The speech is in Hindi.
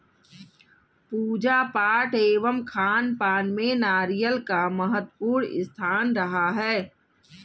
पूजा पाठ एवं खानपान में नारियल का महत्वपूर्ण स्थान रहा है